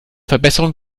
verbesserung